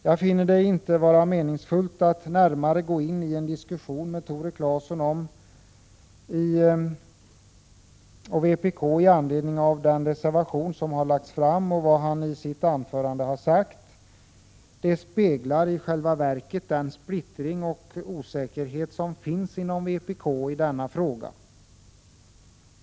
Jag finner det inte meningsfullt att närmare gå in i en diskussion med Tore Claeson och vpk med anledning av den reservation som fogats till betänkandet och med anledning av vad Tore Claeson har sagt i sitt anförande här. Det speglar i själva verket den splittring och osäkerhet som finns inom vpk i denna fråga.